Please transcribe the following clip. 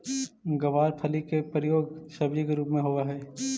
गवारफली के प्रयोग सब्जी के रूप में होवऽ हइ